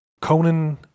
Conan